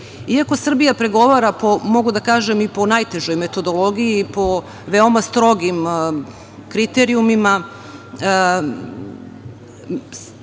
Srbija pregovara po, mogu da kažem, najtežoj metodologiji i po veoma strogim kriterijumima,